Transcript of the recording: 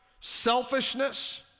Selfishness